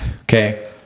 Okay